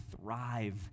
thrive